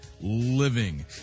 Living